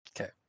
Okay